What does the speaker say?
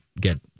get